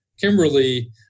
Kimberly